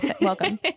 Welcome